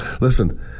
listen